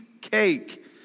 cake